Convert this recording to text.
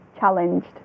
challenged